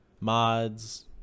mods